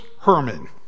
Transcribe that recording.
Herman